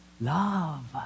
Love